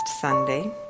Sunday